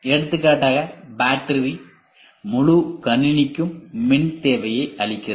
எடுத்துக்காட்டாக பேட்டரி முழு கணினிக்கும் மின் தேவையை அளிக்கிறது